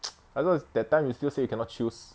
I thought that time you still say you cannot choose